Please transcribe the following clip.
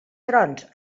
trons